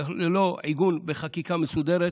ללא עיגון בחקיקה מסודרת,